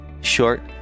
short